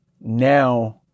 Now